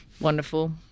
wonderful